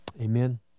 Amen